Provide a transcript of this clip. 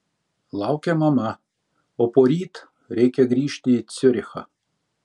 laukia mama o poryt reikia grįžti į ciurichą